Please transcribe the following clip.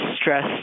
stress